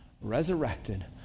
resurrected